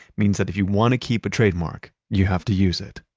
means that if you want to keep a trademark, you have to use it.